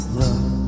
love